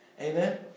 Amen